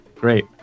great